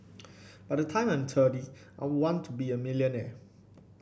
by the time I'm thirty I want to be a millionaire